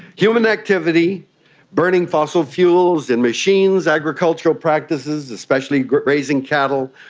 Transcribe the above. human activity burning fossil fuels, and machines, agricultural practices, especially raising cattle,